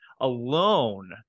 alone